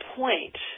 point